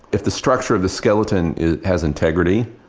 if the structure of the skeleton has integrity,